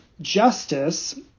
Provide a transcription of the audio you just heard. Justice